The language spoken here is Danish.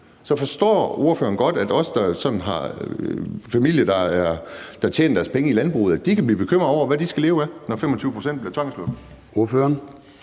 Så forstår ordføreren godt, at vi, der har familie, der tjener deres penge i landbruget, kan blive bekymret over, hvad de skal leve af, når 25 pct. bliver tvangslukket?